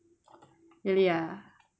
really ah